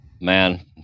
man